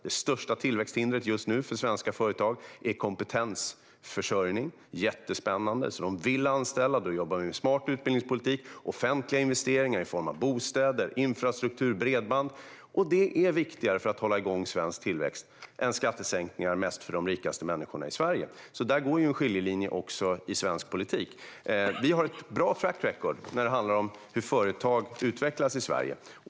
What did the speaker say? Det största tillväxthindret just nu för svenska företag är kompetensförsörjning. Det är jättespännande; de vill anställa. Vi jobbar med smart utbildningspolitik och offentliga investeringar i form av bostäder, infrastruktur och bredband. Det är viktigare för att hålla igång svensk tillväxt än skattesänkningar som mest är för de rikaste människorna i Sverige. Där går en skiljelinje i svensk politik. Vi har ett bra track record när det handlar om hur företag utvecklas i Sverige.